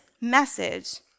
message